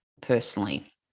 personally